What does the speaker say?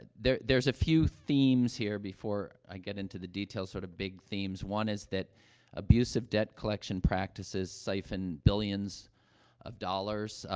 there there's a few themes here before i get into the details, sort of big themes. one is that abusive debt-collection practices siphon billions of dollars, ah,